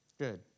Good